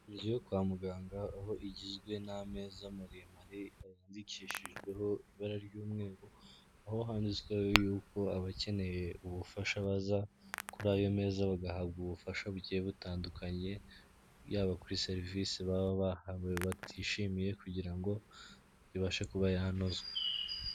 Inzu yo kwa muganga aho igizwe n'ameza maremare yandikishijweho ibara ry'umweru, aho handitswe y'uko abakeneye ubufasha baza kuri ayo meza bagahabwa ubufasha bugiye butandukanye, yaba kuri serivisi baba bahawe batishimiye, kugira ngo ibashe kuba yanozwa.